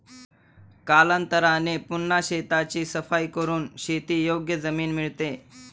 कालांतराने पुन्हा शेताची सफाई करून शेतीयोग्य जमीन मिळते